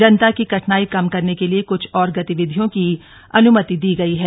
जनता की कठिनाई कम करने के लिए कुछ और गतिविधियों की अन्मति दी गई है